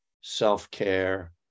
self-care